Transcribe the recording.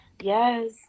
yes